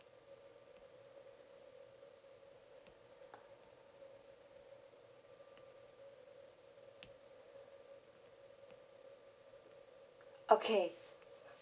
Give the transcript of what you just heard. okay